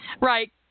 Right